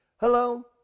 Hello